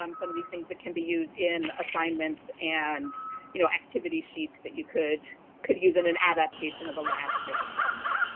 um some of these things that that can be used in assignments, and you know, activity sheets that you could could use it an adaptation of a lab type assignment.